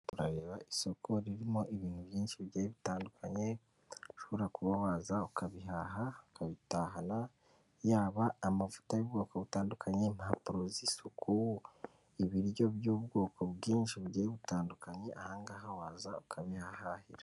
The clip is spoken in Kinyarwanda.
Turareba isoko ririmo ibintu byinshi bigiye bitandukanye ushobora kuba waza ukabihaha ukabitahana, yaba amavuta y'ubwoko butandukanye, impapuro z'isuku, ibiryo by'ubwoko bwinshi bugiye butandukanye aha ngaha waza ukabihahahira.